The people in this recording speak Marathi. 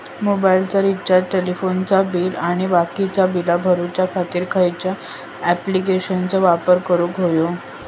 मोबाईलाचा रिचार्ज टेलिफोनाचा बिल आणि बाकीची बिला भरूच्या खातीर खयच्या ॲप्लिकेशनाचो वापर करूक होयो?